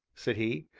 said he.